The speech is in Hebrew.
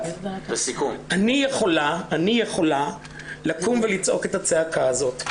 אני יכולה לקום ולצעוק את הצעקה הזאת.